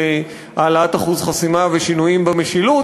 של העלאת אחוז החסימה ושינויים במשילות.